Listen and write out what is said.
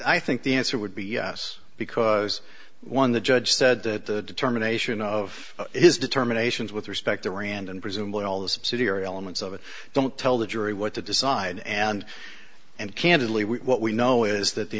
i think the answer would be yes because one the judge said that the determination of his determinations with respect to rand and presumably all this city or elements of it don't tell the jury what to decide and and candidly what we know is that the